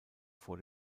vor